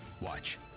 Watch